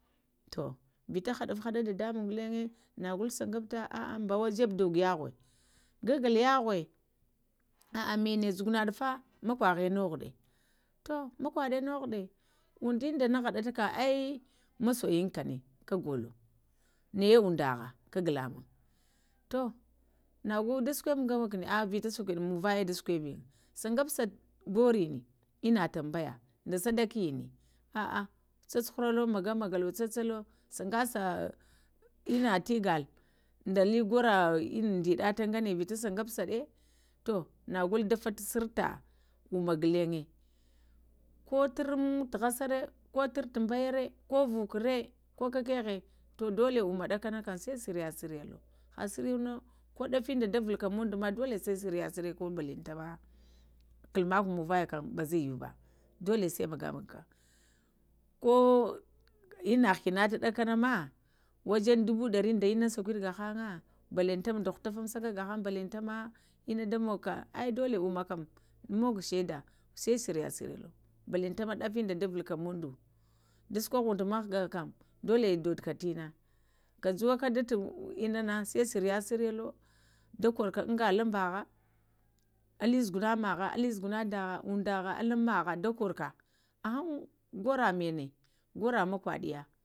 Tu vita həduf-həɗə dədəmuŋm ghulaŋə naghul səghəftə, əhə ɓəwədi jəbu gebu gugu yaghə, ghaghal yəghə, əh mənə zughunəɗufə əh məkwəghə nughuɗə tu məkwəɗə noghuŋdə tu məkwəɗə nughuŋɗa uŋdinɗə nəghədətə kəm əɓ masoyinka nə kəgolo, nəyə uŋdəghə kəgu lamuŋm ta nogo da sukwəɗə ngəwə kuŋnə əh-vitə shəkuɗe də sukubəyin, ŋgəfsə goroni inə tambayə də səɗakini əhəh cacuhurəlo məgəməgolo tsə-tsəlo səgəsə mə təgəl, da li gorə ŋdiɗətəŋganə əgəbsəɗə tu nəghul dəfə sərtə wuməghuləŋə ko turulu təghəsəɗə, ko turo tumbəyərə, ko vukurə ko kəkəghə dolə wumə ɗalənə kəm sao siryə-siryəlo ha siryona ko dəfin də davulkə maŋdu ma sal siryə-siryəlo ko baŋləntanəma əh kluo məkwə muŋvəyə kəm bazaiyuba dola sai məgaməgəkə ko innə hənəta ɗakənə ma wajan dubu ɗarida ma səkwɗə ghaŋga balantana də huftafamsakə ghaŋgə balantanama inə də mogukə ə dola ummə kəm muha shaida sai sirya siryalo, balantana ma ɗafundə də vulkə muŋdo ɗə sukoho undo mgh-ghakəm dola dodukə tənə kəjuwə da sai siryə-sinyəlo da korukə anja lambə ghə ələ dzugunə məhə all dzuguna dəhə əunɗəgha əluŋməhə dəkorukə əhaŋ gorə manə